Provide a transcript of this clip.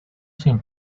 sin